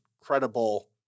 credible